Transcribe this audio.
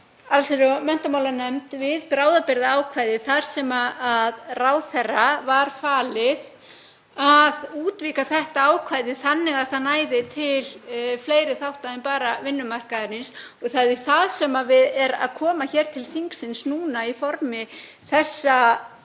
allsherjar- og menntamálanefnd við bráðabirgðaákvæði þar sem ráðherra var falið að útvíkka þetta ákvæði þannig að það næði til fleiri þátta en bara vinnumarkaðarins. Það er það sem er að koma hér til þingsins núna í formi þessa